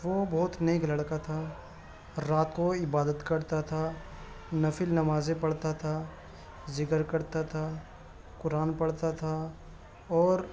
وہ بہت نیک لڑکا تھا رات کو عبادت کرتا تھا نفل نمازیں پڑھتا تھا ذکر کرتا تھا قرآن پڑھتا تھا اور